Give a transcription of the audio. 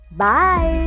Bye